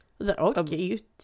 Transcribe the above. okay